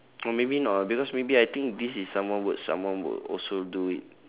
or maybe not ah because maybe I think this is someone would someone would also do it